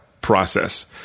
process